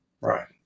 Right